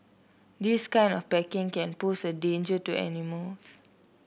this kind of packing can pose a danger to animals